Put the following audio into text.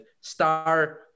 star